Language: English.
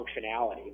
functionality